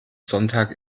sonntag